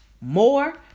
more